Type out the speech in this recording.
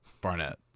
Barnett